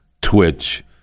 twitch